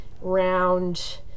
round